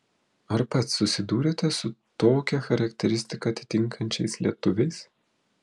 ar pats susidūrėte su tokią charakteristiką atitinkančiais lietuviais